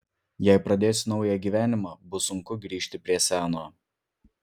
jei pradėsiu naują gyvenimą bus sunku grįžt prie seno